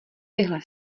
tyhle